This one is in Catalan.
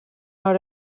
hora